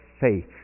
faith